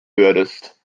würdest